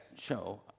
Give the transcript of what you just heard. show